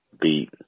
beat